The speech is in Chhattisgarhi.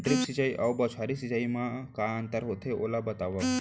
ड्रिप सिंचाई अऊ बौछारी सिंचाई मा का अंतर होथे, ओला बतावव?